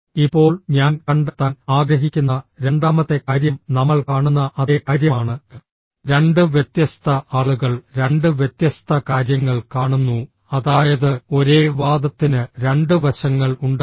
ഇപ്പോൾ ഞാൻ കണ്ടെത്താൻ ആഗ്രഹിക്കുന്ന രണ്ടാമത്തെ കാര്യം നമ്മൾ കാണുന്ന അതേ കാര്യമാണ് രണ്ട് വ്യത്യസ്ത ആളുകൾ രണ്ട് വ്യത്യസ്ത കാര്യങ്ങൾ കാണുന്നു അതായത് ഒരേ വാദത്തിന് രണ്ട് വശങ്ങൾ ഉണ്ടാകാം